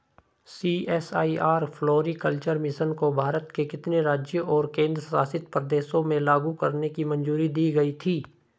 CSIR floriculture mission को भारत के कितने राज्यों और केंद्र शासित प्रदेशों में लागू करने की मंजूरी दी गई थी?